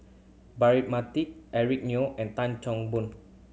Braema Mathi Eric Neo and Tan Chan Boon